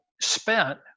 Spent